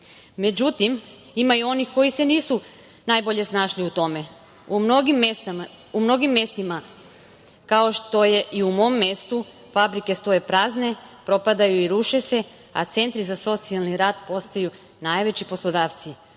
ima i onih koji se nisu najbolje snašli u tome. U mnogim mestima, kao što je i u mom mestu, fabrike stoje prazne, propadaju i ruše se, a centri za socijalni rad postaju najveći poslodavci,